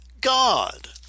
God